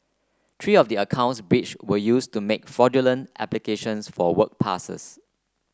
three of the accounts breached were used to make fraudulent applications for work passes